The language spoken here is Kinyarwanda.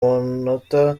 munota